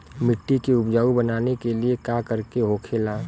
मिट्टी के उपजाऊ बनाने के लिए का करके होखेला?